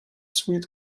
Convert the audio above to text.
sweet